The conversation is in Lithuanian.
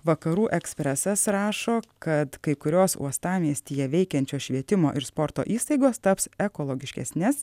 vakarų ekspresas rašo kad kai kurios uostamiestyje veikiančios švietimo ir sporto įstaigos taps ekologiškesnės